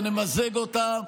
ונמזג אותה,